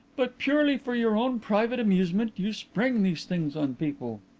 but purely for your own private amusement you spring these things on people.